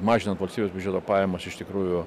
mažinant valstybės biudžeto pajamas iš tikrųjų